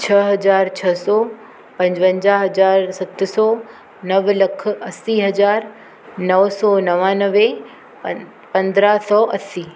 छह हज़ार छह सौ पंजवंजाह हज़ार सत सौ नव लख असी हज़ार नव सौ नवानवे पंद्रहं सौ असी